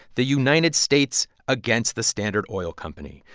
the united states against the standard oil company.